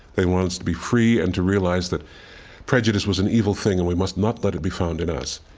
they want us to be free and to realize that prejudice was an evil thing and we must not let it be found in us.